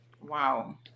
Wow